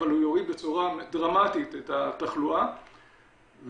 אבל הוא יוריד בצורה דרמטית את התחלואה והעלות